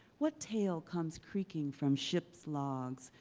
what tale comes creaking from ships' logs,